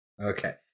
okay